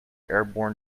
airborne